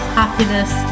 happiness